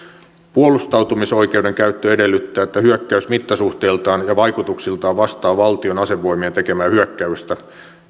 puolustautumisoikeuden käyttö edellyttää että hyökkäys mittasuhteiltaan ja vaikutuksiltaan vastaa valtion asevoimien tekemää hyökkäystä